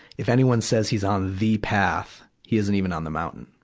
if anyone says he's on the path, he isn't even on the mountain.